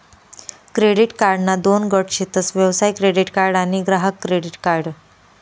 credit कार्डना दोन गट शेतस व्यवसाय क्रेडीट कार्ड आणि ग्राहक क्रेडीट कार्ड